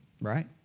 right